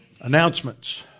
Announcements